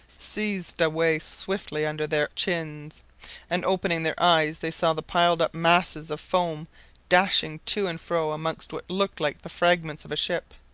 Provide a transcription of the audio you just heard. seethed away swiftly under their chins and opening their eyes, they saw the piled-up masses of foam dashing to and fro amongst what looked like the fragments of a ship.